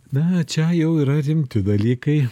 na čia jau yra rimti dalykai